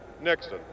Nixon